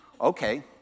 Okay